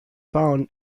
found